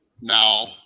now